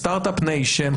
סטרטאפ ניישן,